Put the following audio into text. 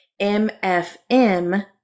MFM